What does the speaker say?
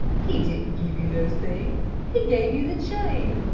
he didn't give you those things, he gave you the chain.